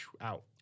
out